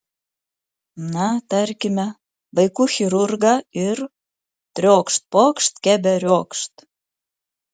na tarkime vaikų chirurgą ir triokšt pokšt keberiokšt